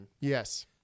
Yes